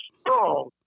strong